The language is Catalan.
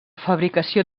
fabricació